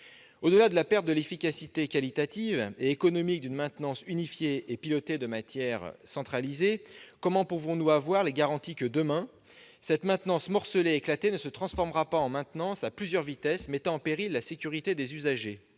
Au-delà de la perte de l'efficacité qualitative et économique d'une maintenance unifiée et pilotée de matière centralisée, comment pouvons-nous être assurés que, demain, cette maintenance morcelée, éclatée, ne se transformera pas en maintenance à plusieurs vitesses, mettant en péril la sécurité des usagers ?